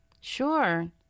Sure